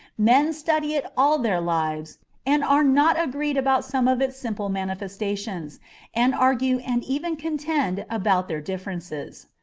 men study it all their lives and are not agreed about some of its simple manifestations, and argue and even contend about their differences.